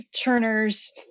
Turner's